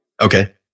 Okay